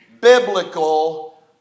biblical